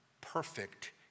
perfect